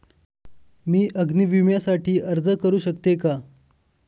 मी अग्नी विम्यासाठी अर्ज करू शकते का?